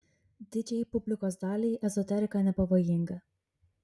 didžiajai publikos daliai ezoterika nepavojinga